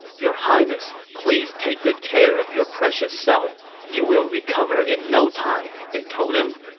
your highness, please take good care of your precious self you will recover in no time, they told him.